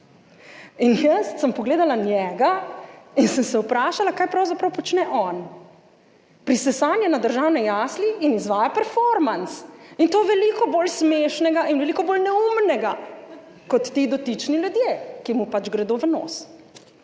In jaz sem pogledala njega in sem se vprašala, kaj pravzaprav počne on. Prisesan je na državne jasli in izvaja performans, in to veliko bolj smešnega in veliko bolj neumnega, kot ti dotični ljudje, ki mu pač gredo v nos.